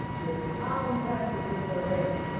with palm branches in their hands.